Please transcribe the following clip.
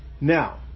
Now